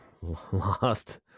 Lost